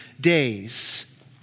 days